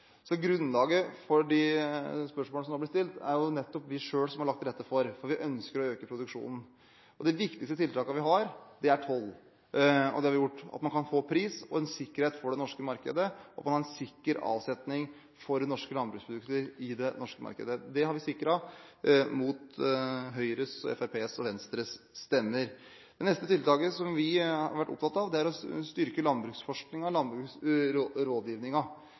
Så grunnlaget for det spørsmålet som nå er blitt stilt, er det nettopp vi selv som har lagt til rette for, for vi ønsker å øke produksjonen. Det viktigste tiltaket vi har, er toll. Det har gjort at man kan få en pris og en sikkerhet for det norske markedet, og at man har en sikker avsetning for norske landbruksprodukter i det norske markedet. Det har vi sikret mot Høyres, Fremskrittspartiets og Venstres stemmer. Det neste tiltaket vi har vært opptatt av, er å styrke